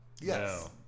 Yes